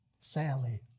Sally